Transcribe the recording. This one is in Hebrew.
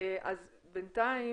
בינתיים,